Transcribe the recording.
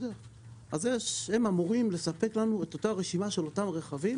הם אמורים לספק לנו רשימה של אותם רכבים